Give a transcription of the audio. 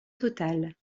total